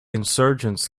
insurgents